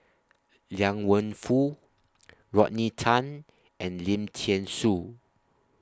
Liang Wenfu Rodney Tan and Lim Thean Soo